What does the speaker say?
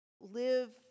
live